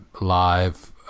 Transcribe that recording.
live